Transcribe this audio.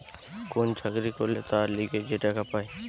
কোন চাকরি করলে তার লিগে যে টাকা পায়